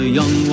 young